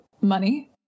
money